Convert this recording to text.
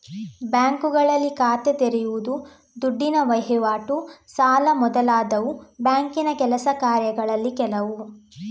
ಬ್ಯಾಂಕುಗಳಲ್ಲಿ ಖಾತೆ ತೆರೆಯುದು, ದುಡ್ಡಿನ ವೈವಾಟು, ಸಾಲ ಮೊದಲಾದವು ಬ್ಯಾಂಕಿನ ಕೆಲಸ ಕಾರ್ಯಗಳಲ್ಲಿ ಕೆಲವು